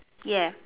ya